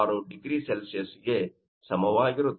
66 0C ಗೆ ಸಮವಾಗಿರುತ್ತದೆ